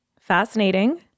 fascinating